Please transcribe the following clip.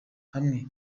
hamwe